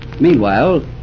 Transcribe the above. Meanwhile